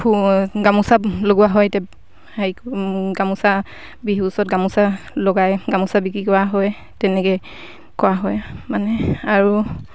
গামোচা লগোৱা হয় এতিয়া হেৰি গামোচা বিহু ওচৰত গামোচা লগাই গামোচা বিক্ৰী কৰা হয় তেনেকৈ কৰা হয় মানে আৰু